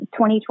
2020